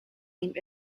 named